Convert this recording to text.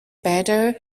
better